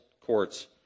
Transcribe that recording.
courts